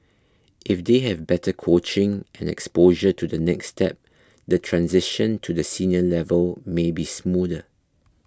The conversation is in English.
if they have better coaching and exposure to the next step the transition to the senior level may be smoother